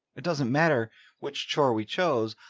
it doesn't matter which chore we chose.